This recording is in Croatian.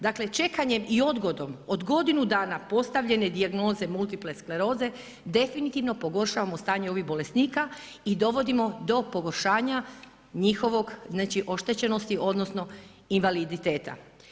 Dakle čekanjem i odgodom od godinu dana postavljene dijagnoze multiple skleroze definitivno pogoršavamo stanje ovih bolesnika i dovodimo do pogoršanja njihovog oštećenosti, odnosno invaliditeta.